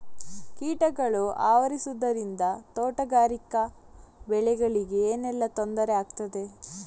ಕೀಟಗಳು ಆವರಿಸುದರಿಂದ ತೋಟಗಾರಿಕಾ ಬೆಳೆಗಳಿಗೆ ಏನೆಲ್ಲಾ ತೊಂದರೆ ಆಗ್ತದೆ?